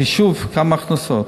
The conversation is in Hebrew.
בחישוב כמה ההכנסות.